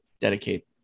dedicate